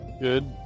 Good